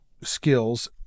skills